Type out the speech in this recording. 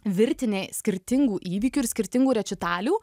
virtinė skirtingų įvykių ir skirtingų rečitalių